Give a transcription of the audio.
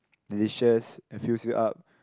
delicious and fills you up